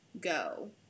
go